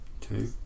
Two